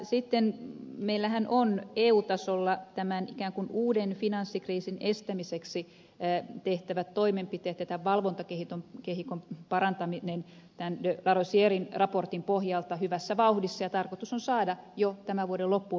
sitten meillähän ovat eu tasolla tämän ikään kuin uuden finanssikriisin estämiseksi tehtävät toimenpiteet ja tämän valvontakehikon parantaminen tämän de larosieren raportin pohjalta hyvässä vauhdissa ja tarkoitus on saada jo tämän vuoden loppuun mennessä päätöksiä aikaan